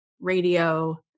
radio